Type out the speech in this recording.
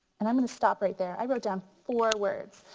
and i'm gonna stop right there. i wrote down four words.